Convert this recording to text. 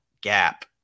gap